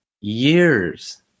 years